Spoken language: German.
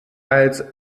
als